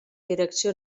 direcció